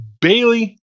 Bailey